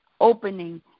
opening